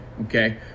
Okay